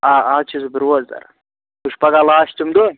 آ آز چھُس بہٕ روزدَر وۄنۍ چھُ پگاہ لاسٹِم دۄہ